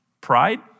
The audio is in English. Pride